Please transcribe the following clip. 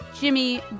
Jimmy